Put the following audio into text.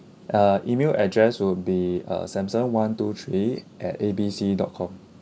uh email address will be uh samson one two three at A B C dot com